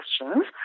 questions